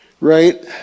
right